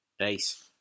Nice